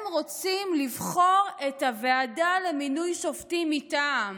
הם רוצים לבחור את הוועדה למינוי שופטים מטעם.